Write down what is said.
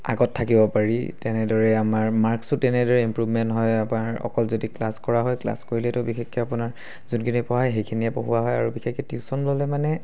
আগত থাকিব পাৰি তেনেদৰে আমাৰ মাৰ্কছো তেনেদৰে ইমপ্ৰোভমেণ্ট হয় আপোনাৰ অকল যদি ক্লাছ কৰা হয় ক্লাছ কৰিলেতো বিশেষকৈ আপোনাৰ যোনখিনি পঢ়ায় সেইখিনিয়ে পঢ়োৱা হয় আৰু বিশেষকৈ টিউশ্যন ল'লে মানে